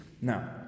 Now